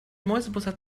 mäusebussard